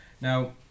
Now